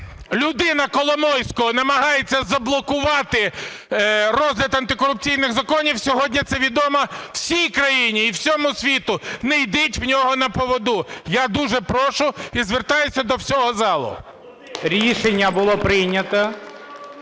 людина Коломойського намагається заблокувати розгляд антикорупційних законів, сьогодні це відомо всій країні і всьому світу. Не йдіть у нього на поводу. Я дуже прошу і звертаюсь до всього залу. ГОЛОВУЮЧИЙ. Рішення було прийнято.